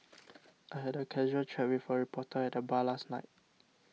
I had a casual chat with a reporter at the bar last night